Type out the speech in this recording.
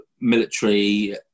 military